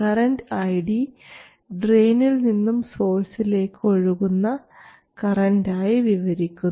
current ID ഡ്രയിനിൽ നിന്നും സോഴ്സിലേക്ക് ഒഴുകുന്ന കറൻറ് ആയി വിവരിക്കുന്നു